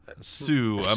Sue